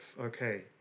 okay